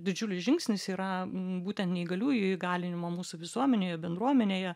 didžiulis žingsnis yra būtent neįgaliųjų įgalinimo mūsų visuomenėje bendruomenėje